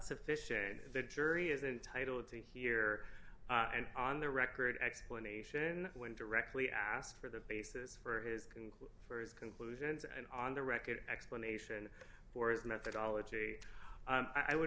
sufficient and the jury is entitle to hear and on the record explanation when directly asked for the basis for his for his conclusions and on the record explanation for his methodology i would